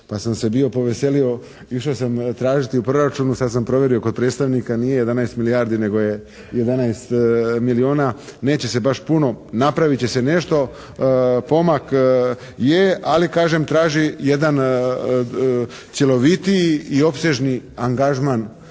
Pa sam se bio poveselio, išao sam tražiti u proračunu, sad sam provjerio kod predstavnika, nije 11 milijardi nego je 11 milijuna. Neće se baš puno, napravit će se nešto, pomak je, ali kažem, traži jedan cjelovitiji i opsežni angažman